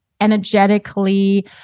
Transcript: energetically